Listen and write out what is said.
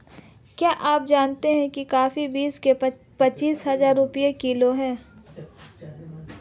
क्या आप जानते है कॉफ़ी बीस से पच्चीस हज़ार रुपए किलो है?